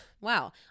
Wow